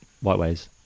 Whiteways